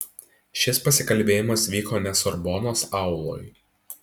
šis pasikalbėjimas vyko ne sorbonos auloj